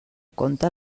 compte